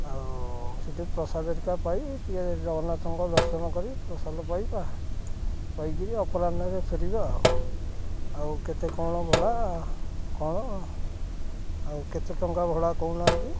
ଆଉ ସେଠି ପ୍ରସାଦ ହେରିକା ପାଇ ଟିକେ ଜଗନ୍ନାଥଙ୍କ ଦର୍ଶନ କରି ପ୍ରସାଦ ପାଇବା ପାଇକିରି ଅପରାହ୍ନରେ ଫେରିବା ଆଉ ଆଉ କେତେ କ'ଣ ଭଡ଼ା କ'ଣ ଆଉ କେତେ ଟଙ୍କା ଭଡ଼ା କହୁନାହାନ୍ତି